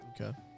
Okay